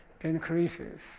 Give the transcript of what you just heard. increases